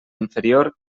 inferior